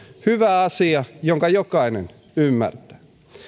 hyvä asia jonka jokainen ymmärtää